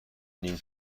نیم